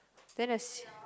then I